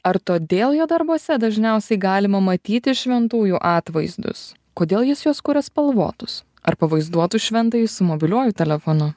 ar todėl jo darbuose dažniausiai galima matyti šventųjų atvaizdus kodėl jis juos kuria spalvotus ar pavaizduotų šventąjį su mobiliuoju telefonu